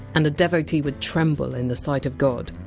and a devotee would tremble in the sight of god.